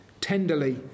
tenderly